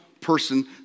person